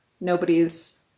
nobody's